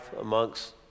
amongst